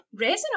Resin